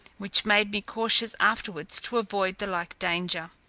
which made me cautious afterwards to avoid the like danger.